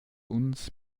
uns